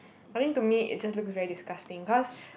I think to me it just looks very disgusting cause